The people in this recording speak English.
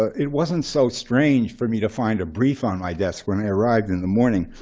it wasn't so strange for me to find a brief on my desk when i arrived in the morning.